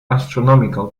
astronomical